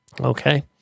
Okay